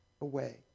away